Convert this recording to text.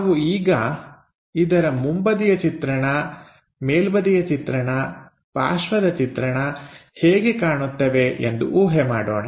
ನಾವು ಈಗ ಇದರ ಮುಂಬದಿಯ ಚಿತ್ರಣ ಮೇಲ್ಬದಿಯ ಚಿತ್ರಣ ಪಾರ್ಶ್ವದ ಚಿತ್ರಣ ಹೇಗೆ ಕಾಣುತ್ತವೆ ಎಂದು ಊಹೆ ಮಾಡೋಣ